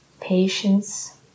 Patience